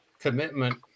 commitment